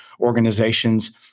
organizations